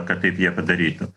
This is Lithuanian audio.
kad taip jie padarytų